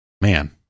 Man